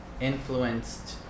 influenced